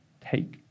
take